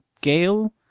Gale